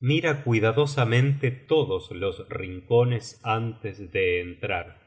mira cuidadosamente todos los rincones antes de entrar